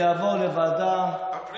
אני מבקש שזה יעבור לוועדת, הפנים.